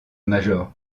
major